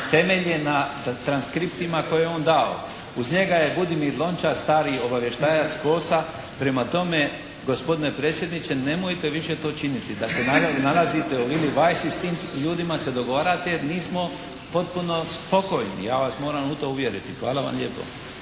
temelje na transkriptima koje je on dao. Uz njega je Budimir Lončar, stari obavještajac POS-a. Prema tome, gospodine predsjedniče nemojte više to činiti da se nalazite u …/Govornik govori engleski, ne razumije se./… ljudima se dogovarate, jer nismo potpuno spokojni. Ja vas moram u to uvjeriti. Hvala vam lijepo.